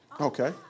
Okay